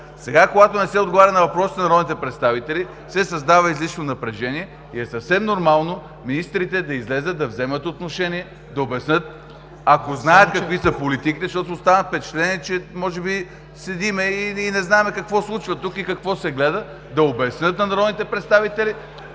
Сега, когато не се отговаря на въпросите на народните представители, се създава излишно напрежение и е съвсем нормално министрите да излязат, да вземат отношение, да обяснят, ако знаят какви са политиките, защото останах с впечатление, че може би седим и не знаем какво се случва тук, и какво се гледа. Да обяснят на народните представители